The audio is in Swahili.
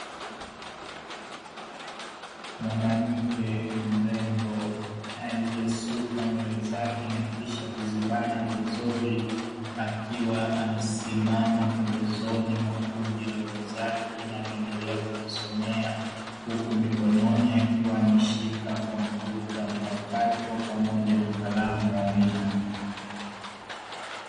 Mwanamke mrembo aliyesuka nywele zake na kisha kuzibana vizuri akiwa amesimama pembezoni mwa kundi la wenzake linaloendelea kujisomea, huku mikononi akiwa ameshika kompyuta mpakato pamoja na kalamu ya wino.